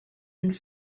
and